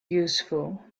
useful